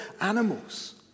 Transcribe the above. animals